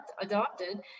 adopted